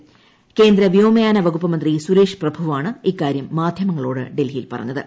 ്കേന്ദ്ര വ്യോമയാന്ന് വക്കുപ്പ്മന്ത്രി സുരേഷ് പ്രഭുവാണ് ഇക്കാര്യം മാധ്യമങ്ങളോട് ഡൽഹിയിൽ ് പറഞ്ഞത്